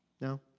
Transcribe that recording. No